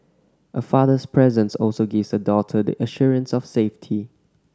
a father's presence also gives a daughter the assurance of safety